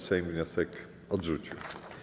Sejm wniosek odrzucił.